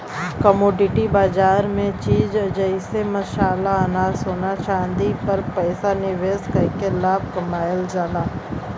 commodity बाजार में चीज जइसे मसाला अनाज सोना चांदी पर पैसा निवेश कइके लाभ कमावल जाला